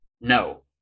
No